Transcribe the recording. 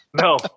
No